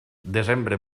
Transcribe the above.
desembre